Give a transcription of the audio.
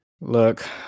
look